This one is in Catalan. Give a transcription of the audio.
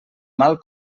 mal